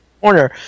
corner